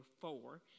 four